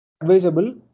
advisable